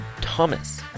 Thomas